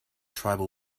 tribal